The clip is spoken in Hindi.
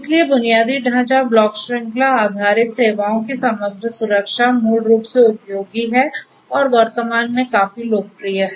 इसलिए बुनियादी ढांचा ब्लॉक श्रृंखला आधारित सेवाओं की समग्र सुरक्षा मूल रूप से उपयोगी हैं और वर्तमान में काफी लोकप्रिय हैं